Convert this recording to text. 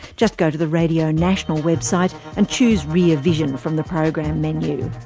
just go to the radio national website and choose rear vision from the program menu.